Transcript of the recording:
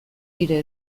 nire